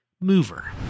mover